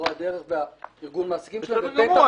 רבותיי, פולחן דתי --- זה מה שכתוב פה.